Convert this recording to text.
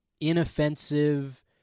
inoffensive